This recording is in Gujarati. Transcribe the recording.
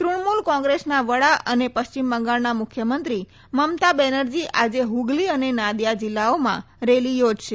તૃક્ષમૂલ કોંગ્રેસના વડા અને પશ્ચિમ બંગાળના મુખ્યમંત્રી મમતા બેનરજી આજે હગલી અને નાદીયા જિલ્લાઓમાં રેલી યોજશે